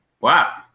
Wow